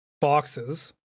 boxes